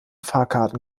fahrkarten